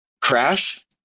Crash